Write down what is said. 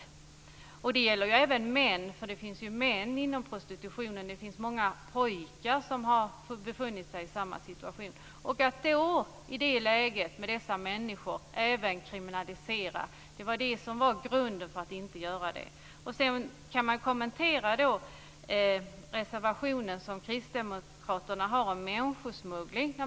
Det gäller ju även män, för det finns ju män inom prostitutionen. Det finns många pojkar som har befunnit sig i samma situation. Det var det som var grunden för att inte kriminalisera. Sedan kan man kommentera den reservation som kristdemokraterna har om människosmuggling.